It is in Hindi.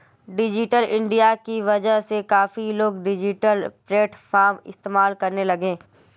डिजिटल इंडिया की वजह से काफी लोग डिजिटल प्लेटफ़ॉर्म इस्तेमाल करने लगे हैं